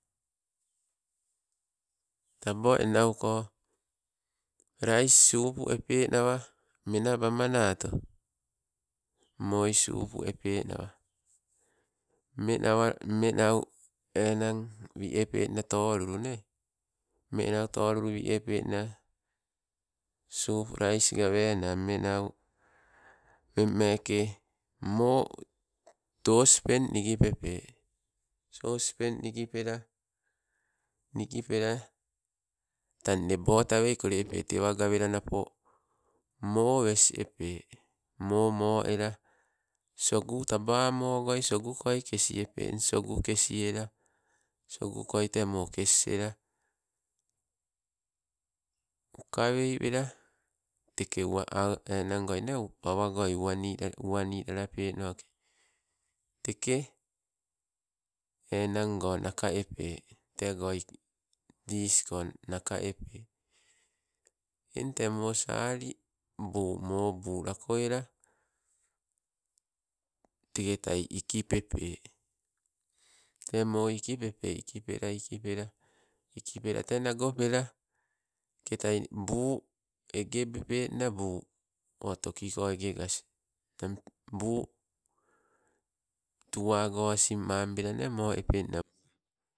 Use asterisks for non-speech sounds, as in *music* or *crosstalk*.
Tabo en nauko, rais supu epenawe menabamanato, moo ii supu epenawa. Memme nawa, mme nau enang wi epe nna enang tolulu nee, mme nau tolulu wii epenna, sup rais gawena. Mme nau, mmeng meeke moo, tospen nigipepe, tospen nigipela, nigipela tang nebotawei kole epe. Tewa gawela napo, moo wes epe, moo mo ela sogu tabamogoi sogu koi kes epe, eng sogu kesiela, sogu koi te kesiela, uka wei wela, teke uwa *hesitation* enang goi nee, pawa goi uwanila, uwanilala teke enango naka epe, tego iki disko naka epe. Eng te moo sali buu moo buu lako ela, teke tai ikipepe te moo iki pepe iki pela ikipela te nagopela teketai buu egebepenna buu, o tokiko egegas buu tuwa go asin mambela ne mo epenna buu